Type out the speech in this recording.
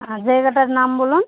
আর জায়গাটার নাম বলুন